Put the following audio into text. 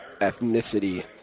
ethnicity